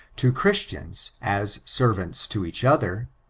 to christians, as servants to each other.